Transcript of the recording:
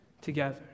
together